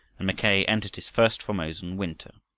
and mackay entered his first formosan winter.